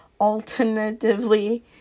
Alternatively